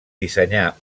dissenyà